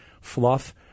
fluff